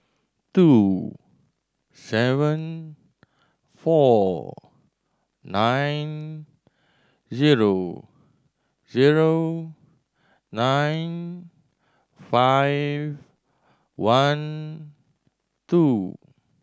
two seven four nine zero zero nine five one two